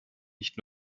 nicht